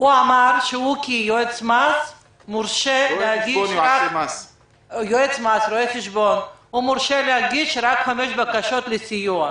הוא אמר שהוא כיועץ מס מורשה להגיש רק חמש בקשות לסיוע.